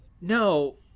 No